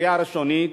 בקריאה הראשונה,